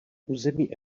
území